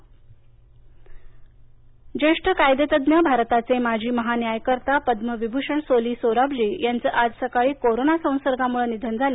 सोली सोराबजी ज्येष्ठ कायदेतज्ञ भारताचे माजी महा न्यायकर्ता पद्मविभूषण सोली सोराबजी यांचं आज सकाळी कोरोना संसर्गामुळे निधन झालं